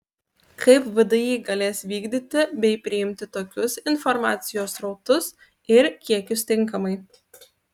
kaip vdi galės vykdyti bei priimti tokius informacijos srautus ir kiekius tinkamai